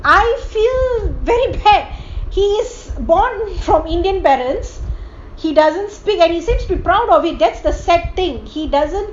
I feel very bad he's born from indian parents he doesn't speak any seems to be proud of it that's the sad thing he doesn't